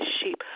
sheep